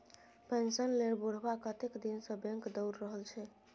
pension लेल बुढ़बा कतेक दिनसँ बैंक दौर रहल छै